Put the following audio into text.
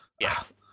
yes